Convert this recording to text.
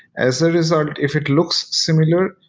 as a result, if it looks similar,